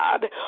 God